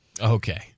Okay